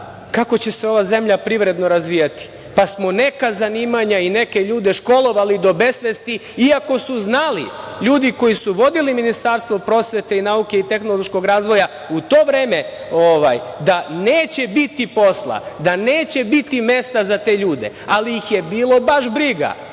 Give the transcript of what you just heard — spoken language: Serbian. kako će se ova zemlja privredno razvijati, pa smo neka zanimanja i neke ljude školovali do besvesti, iako su znali ljudi koji su vodili Ministarstvo prosvete, nauke i tehnološkog razvoja, u to vreme, da neće biti posla, da neće biti mesta za te ljude, ali ih je bilo baš briga.